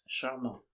Charmant